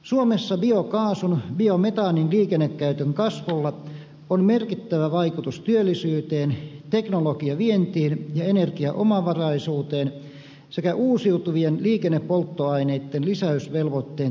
suomessa biokaasun biometaanin liikennekäytön kasvulla on merkittävä vaikutus työllisyyteen teknologiavientiin ja energiaomavaraisuuteen sekä uusiutuvien liikennepolttoaineitten lisäysvelvoitteen täyttämiseen